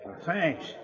Thanks